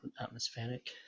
atmospheric